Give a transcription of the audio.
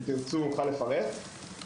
אם תרצו אוכל לפרט.